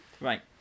Right